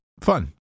fun